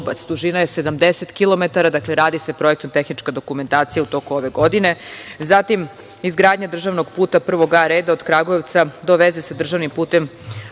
dužina je 70 kilometara. Dakle, radi se projektno-tehnička dokumentacija u toku ove godine. Zatim, izgradnja državnog puta prvog A reda od Kragujevca do veze sa državnim putem